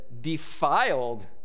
defiled